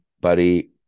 Buddy